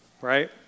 right